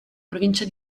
provincia